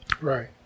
Right